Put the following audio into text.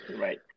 right